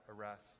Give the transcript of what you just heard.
arrest